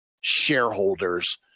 shareholders